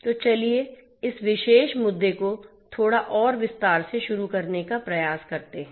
तो चलिए इस विशेष मुद्दे को थोड़ा और विस्तार से शुरू करने का प्रयास करते हैं